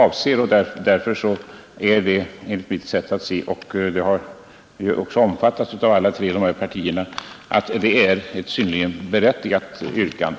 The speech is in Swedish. Därför är det enligt mitt sätt att se — och den uppfattningen har hitintills omfattats av de tre oppositionspartierna — ett synnerligen berättigat yrkande.